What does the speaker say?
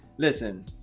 Listen